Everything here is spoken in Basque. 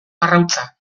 arrautza